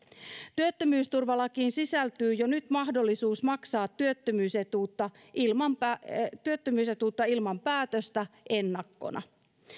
työttömyysturvalakiin sisältyy jo nyt mahdollisuus maksaa työttömyysetuutta ilman työttömyysetuutta ilman päätöstä ennakkona